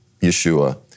Yeshua